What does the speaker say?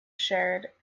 shared